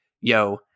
yo